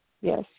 Yes